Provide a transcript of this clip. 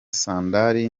sandari